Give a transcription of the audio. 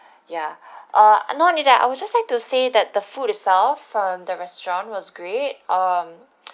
ya uh not only that I would just like to say that the food itself from the restaurant was great um